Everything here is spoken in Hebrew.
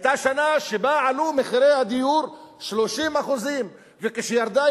היתה שנה שבה עלו מחירי הדיור ב-30%; וכשירדו,